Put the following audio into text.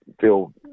feel